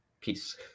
peace